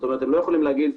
כלומר הם לא יכולים לומר,